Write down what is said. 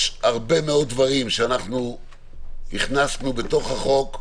יש הרבה מאוד דברים שהכנסנו בחוק.